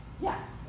Yes